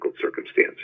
circumstances